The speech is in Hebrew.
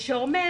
שאומר